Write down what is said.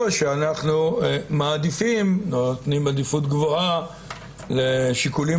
או שאנחנו מעדיפים או נותנים עדיפות גבוהה לשיקולים